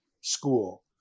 school